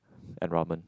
and ramen